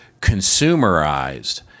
consumerized